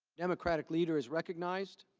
democratic leader is recognized.